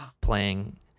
playing